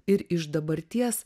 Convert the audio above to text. ir iš dabarties